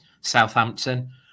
Southampton